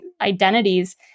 identities